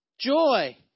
Joy